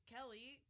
Kelly